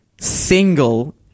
single